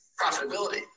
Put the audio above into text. profitability